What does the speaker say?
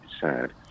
sad